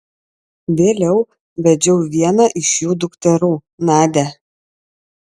vėliau vedžiau vieną iš jų dukterų nadią